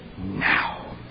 now